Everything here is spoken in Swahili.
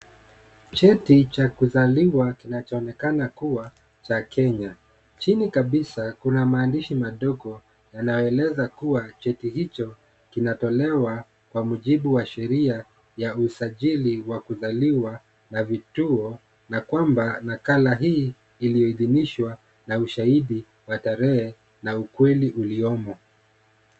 Cheti cha kuzaliwa kinachoonekana kuwa cha Kenya. Chini kabisa kuna maandishi mandogo yanayoeleza kuwa cheti hicho kinatolewa kwa mjibu wa sheria ya usajili wa kuzaliwa na vituo na kwamba nakala hii iliyoidhinishwa na ushahidi wa tarehe na ukweli uliomo.